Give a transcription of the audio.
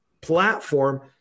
platform